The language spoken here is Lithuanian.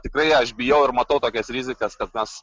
tikrai aš bijau ir matau tokias rizikas kad mes